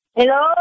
Hello